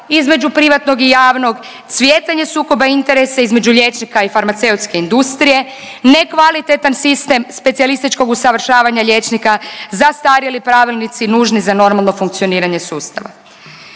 između privatnog i javnog, cvjetanja sukoba interesa između liječnika i farmaceutske industrije, nekvalitetan sistem specijalističkog usavršavanja liječnika, zastarjeli pravilnici nužni za normalno funkcioniranje sustava.